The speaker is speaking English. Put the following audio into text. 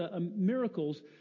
miracles